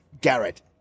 Garrett